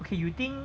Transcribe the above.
okay you think